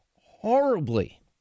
horribly